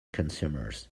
consumers